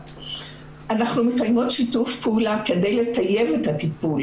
אנחנו מקיימות שיתוף פעולה כדי לטייב את הטיפול.